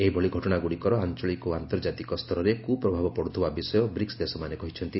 ଏହିଭଳି ଘଟଣାଗୁଡ଼ିକର ଆଞ୍ଚଳିକ ଓ ଆନ୍ତର୍ଜାତିକ ସ୍ତରରେ କୁପ୍ରଭାବ ପଡ଼ୁଥିବା ବିଷୟ ବ୍ରିକ୍ସ ଦେଶମାନେ କହିଛନ୍ତି